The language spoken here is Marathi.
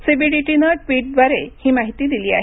सीबीडीटीनं ट्विटद्वारे ही माहिती दिली आहे